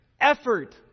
effort